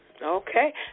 Okay